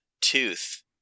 tooth